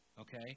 Okay